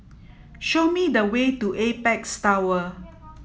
show me the way to Apex Tower